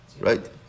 Right